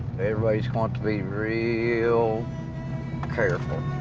everybody's got to be real careful.